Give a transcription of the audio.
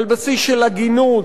על בסיס של הגינות,